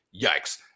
yikes